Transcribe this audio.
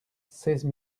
seize